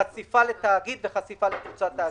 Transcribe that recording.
שזה חשיפה לתאגיד וחשיפה לתוצאה תאגידית.